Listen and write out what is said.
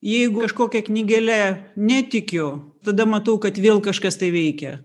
jeigu kažkokia knygele netikiu tada matau kad vėl kažkas tai veikia